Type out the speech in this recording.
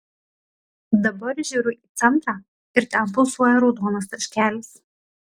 dabar žiūriu į centrą ir ten pulsuoja raudonas taškelis